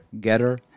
Getter